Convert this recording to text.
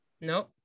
no